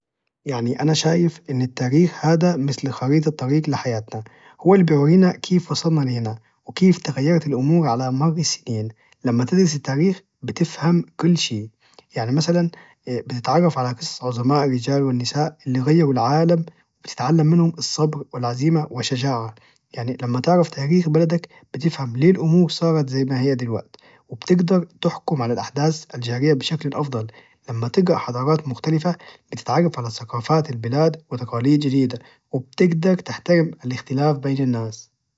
يعني أنا شايف ان التاريخ هذا مثل خريطة طريق لحياتنا هو اللي بيورينا كيف وصلنا لهنا كيف تغيرت الأمور على مر السنين لما تدرس التاريخ بتفهم كل شي يعني مثلا اا بتتعرف على قصص عظماء الرجال والنساء اللي غيروا العالم وبتتعلم منهم الصبر والعزيمة والشجاعه يعني لما تعرف تاريخ بلدك بتفهم ليه الأمور صارت زي ما هي دلوقتي وبتجدر تحكم على الأحداث الجارية بشكل أفضل لما تجرا حضارات مختلفة بتتعرف على ثقافات البلاد وتقاليد جديدة وبتجدر تحترم الاختلاف بين الناس